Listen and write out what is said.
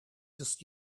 this